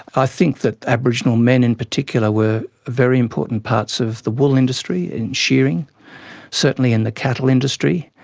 i think that aboriginal men in particular were very important parts of the wool industry, in shearing certainly in the cattle industry,